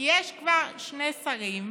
כי יש כבר שני שרים,